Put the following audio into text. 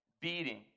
beating